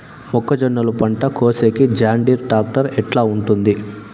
మొక్కజొన్నలు పంట కోసేకి జాన్డీర్ టాక్టర్ ఎట్లా ఉంటుంది?